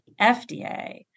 FDA